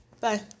Bye